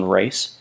race